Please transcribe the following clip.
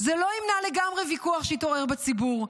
זה לא ימנע לגמרי ויכוח שיתעורר בציבור,